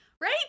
Right